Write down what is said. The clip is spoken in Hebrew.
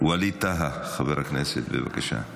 ווליד טאהא, חבר הכנסת, בבקשה.